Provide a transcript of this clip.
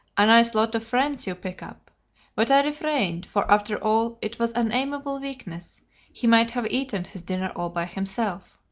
a nice lot of friends you pick up but i refrained, for, after all, it was an amiable weakness he might have eaten his dinner all by himself.